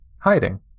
Hiding